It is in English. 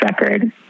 record